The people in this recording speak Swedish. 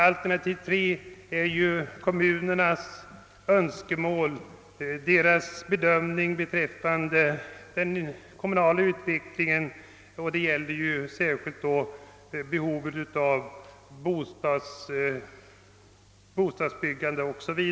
Alternativ 3 är kommunernas önskemål och bedömning beträffande den kommunala utvecklingen, och det göäller särskilt behovet av bostadsbyggande.